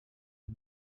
het